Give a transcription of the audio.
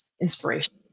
inspiration